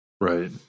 right